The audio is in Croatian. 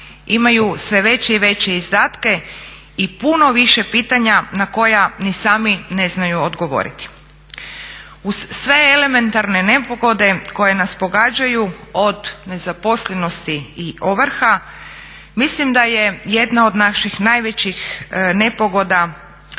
imaju sve veće i veće izdatke i puno više pitanja na koja ni sami ne znaju odgovoriti. Uz sve elementarne nepogode koje nas pogađaju, od nezaposlenosti i ovrha, mislim da je jedna od naših najvećih nepogoda